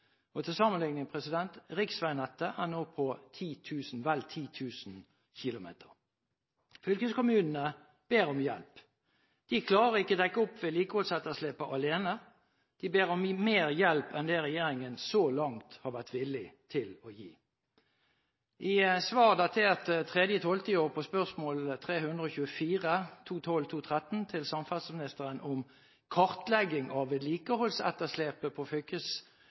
2010. Til sammenligning: Riksveinettet er nå på vel 10 000 km. Fylkeskommunene ber om hjelp. De klarer ikke å dekke opp vedlikeholdsetterslepet alene. De ber om mer hjelp enn det regjeringen så langt har vært villig til å gi. I svar datert 3. desember i år på spørsmål 324, 2012–2013, til samferdselsministeren om kartlegging av vedlikeholdsetterslepet også på